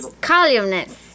columnist